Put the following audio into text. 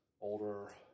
older